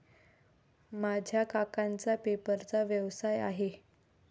माझ्या काकांचा पेपरचा व्यवसाय आहे